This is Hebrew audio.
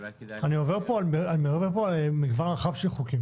אני עובר פה על מגוון רחב של חוקים